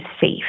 safe